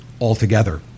altogether